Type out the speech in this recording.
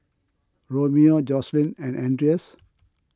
Romeo Jocelyn and andreas